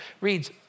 reads